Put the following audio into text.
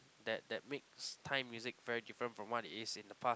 that that makes Thai music very different from what it is in the past